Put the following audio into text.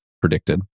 predicted